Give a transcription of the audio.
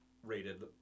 rated